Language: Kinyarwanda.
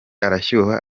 arashyuha